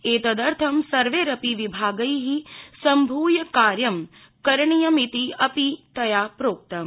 एतदर्थं सर्वेरपि विभागै सम्भूय कार्यं करणीयमिति अपि तया प्रोक्तम्